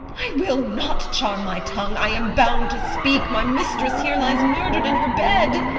i will not charm my tongue i am bound to speak my mistress here lies murder'd in her bed